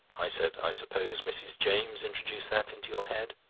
i said i suppose mrs. james introduced that into your head.